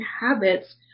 habits